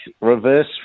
reverse